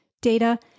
data